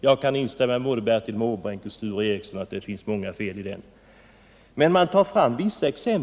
Jag kan instämma med både Bertil Måbrink och Sture Ericson när de säger att det finns många fel på den.